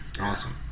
awesome